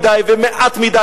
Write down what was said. מערך הגנה על אוטובוסים.